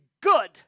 good